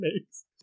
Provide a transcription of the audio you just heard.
makes